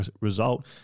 result